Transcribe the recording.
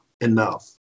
enough